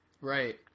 Right